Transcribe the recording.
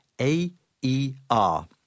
A-E-R